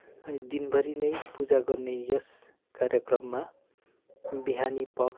अनि दिनभरि नै पूजा गर्ने यस कार्यक्रममा बिहानी पख